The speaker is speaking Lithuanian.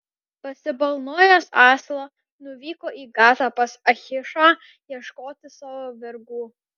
pasibalnojęs asilą nuvyko į gatą pas achišą ieškoti savo vergų